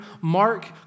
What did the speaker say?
Mark